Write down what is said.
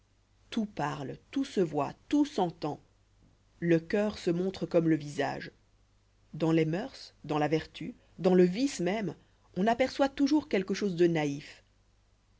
tout parle tout se voit tout s'entend le cœur se montre comme le visage dans les mœurs dans la vertu dans le vice même on aperçoit toujours quelque chose de naïf